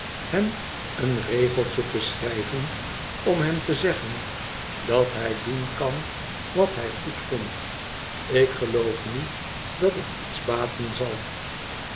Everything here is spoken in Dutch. hem een regeltje te schrijven om hem te zeggen dat hij doen kan wat hij goedvindt ik geloof niet dat het iets baten zal